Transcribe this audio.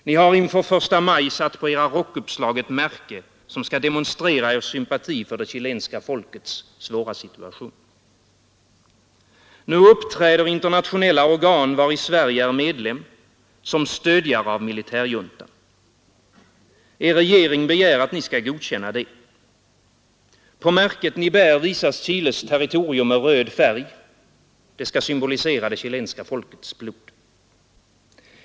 Ni har inför första maj satt på era rockuppslag ett märke som skall demonstrera er sympati för det chilenska folkets svåra situation. Nu uppträder internationella organ, vari Sverige är medlem, som stödjare av militärjuntan. Er regering begär att ni skall godkänna det. På märket ni bär visas Chiles territorium med röd färg, det skall symbolisera det chilenska folkets blod.